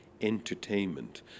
entertainment